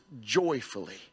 joyfully